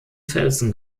felsen